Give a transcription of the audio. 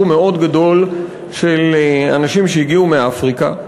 מאוד גדול של אנשים שהגיעו מאפריקה,